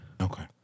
Okay